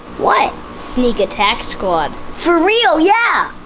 what? sneak attack squad! for real, yeah!